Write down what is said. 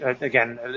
again